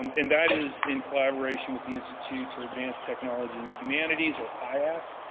um and that is in collaboration with the institute for advanced technology in the humanities or iath.